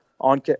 on